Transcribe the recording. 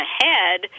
ahead